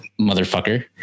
motherfucker